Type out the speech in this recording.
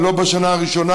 ולא בשנה הראשונה,